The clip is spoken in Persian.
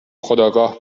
خودآگاه